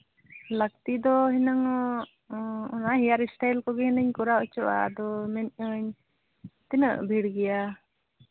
ᱞᱟᱹᱠᱛᱤ ᱫᱚ ᱮᱱᱟᱝ ᱚᱜ ᱚᱱᱟ ᱦᱮᱭᱟᱨ ᱥᱴᱟᱭᱤᱞ ᱠᱚᱜᱮ ᱞᱤᱧ ᱠᱚᱨᱟᱣ ᱦᱚᱪᱚᱜᱼᱟ ᱛᱳ ᱢᱮᱱᱮᱫ ᱟᱹᱧ ᱛᱤᱱᱟᱹᱜ ᱵᱷᱤᱲ ᱜᱮᱭᱟ